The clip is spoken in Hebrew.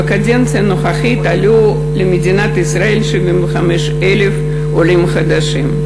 בקדנציה הנוכחית עלו למדינת ישראל 75,000 עולים חדשים.